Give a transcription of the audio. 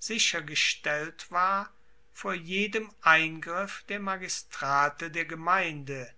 sichergestellt war vor jedem eingriff der magistrate der gemeinde